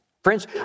Friends